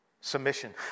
Submission